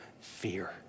fear